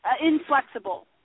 inflexible